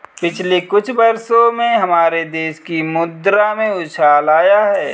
पिछले कुछ वर्षों में हमारे देश की मुद्रा में उछाल आया है